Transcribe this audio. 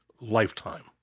lifetime